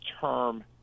term